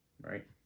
Right